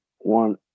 One